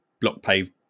block-paved